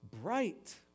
bright